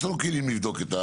יש לנו כלים לבדוק.